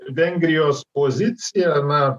vengrijos pozicija na